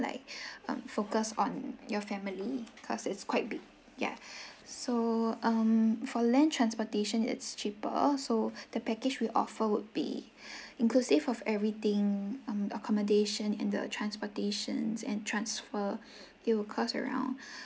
like um focus on your family because it's quite big yeah so um for land transportation it's cheaper so the package we offer would be inclusive of everything um accommodation and the transportations and transfer it will cost around